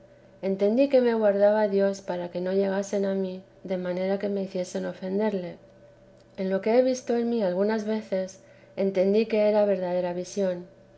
entendí que me guardaba dios para que no llegasen a mí de manera que me hiciesen ofenderle en lo que he vi en mí algunas veces entendí que era verdadera visión